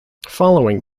following